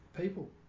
people